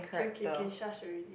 K okay K shush already